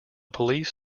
police